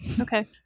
Okay